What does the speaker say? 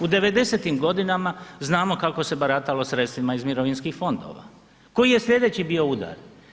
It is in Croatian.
U 90-tim godinama znamo kako se baratalo sredstvima iz mirovinskih fondova, koji je slijedeći bio udar?